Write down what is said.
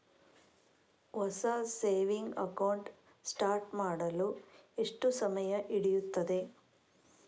ಹೊಸ saving account start ಮಾಡಲು ಎಷ್ಟು ಸಮಯ ಹಿಡಿಯುತ್ತದೆ?